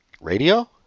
Radio